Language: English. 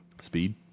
Speed